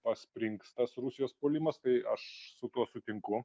pasprings tas rusijos puolimas tai aš su tuo sutinku